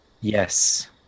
Yes